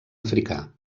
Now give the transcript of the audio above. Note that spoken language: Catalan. africà